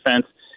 defense